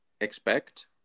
expect